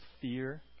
Fear